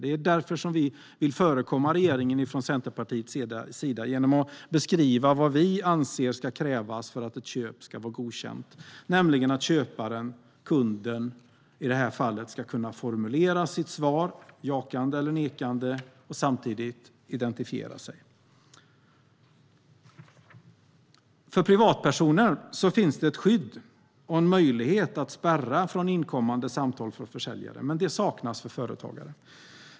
Det är därför vi från Centerpartiets sida vill förekomma regeringen genom att beskriva vad vi anser ska krävas för att ett köp ska vara godkänt, nämligen att köparen, kunden i det här fallet, ska kunna formulera sitt svar jakande eller nekande och samtidigt identifiera sig. För privatpersoner finns det ett skydd och en möjlighet att spärra för inkommande samtal från försäljare, men det saknas för företagare.